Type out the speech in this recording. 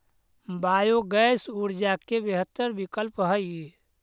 biogas ऊर्जा के बेहतर विकल्प हई